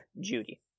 Judy